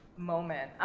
moment.